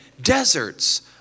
Deserts